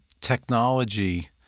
technology